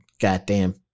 goddamn